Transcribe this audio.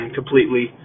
completely